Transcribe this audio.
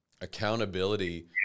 accountability